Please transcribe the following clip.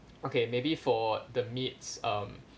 okay maybe for the meats um